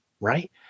right